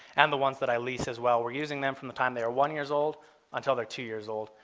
and the ones that i lease as well. we're using them from the time they are one years old until they're two years old.